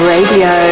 Radio